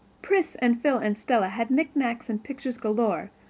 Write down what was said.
pris and phil and stella had knick-knacks and pictures galore,